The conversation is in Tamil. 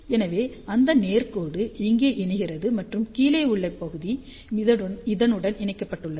எனவே அந்த நேர் கோடு இங்கே இணைகிறது மற்றும் கீழே உள்ள பகுதி இதனுடன் இணைக்கப்பட்டுள்ளது